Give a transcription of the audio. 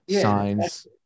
signs